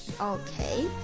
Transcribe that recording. Okay